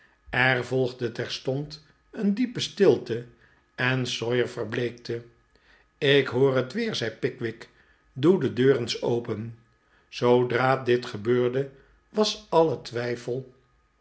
er volgde terstond een diepe stilte en sawyer verbleekte ik hoor het weer zei pickwick doe de deur eens open zoodra dit gebeurde was alle twijfel